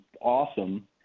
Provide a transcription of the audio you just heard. awesome